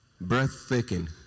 breathtaking